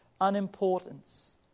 unimportance